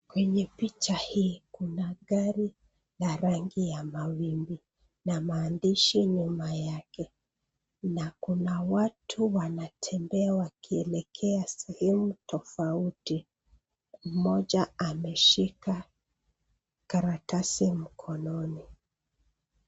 Kwenye picha hii kuna gari la rangi ya mawimbi na maandishi nyuma yake na kuna watu wanatembea wakilekea sehemu tofauti. Mmoja ameshika karatasi mkononi.